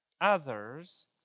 others